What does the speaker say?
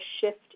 shift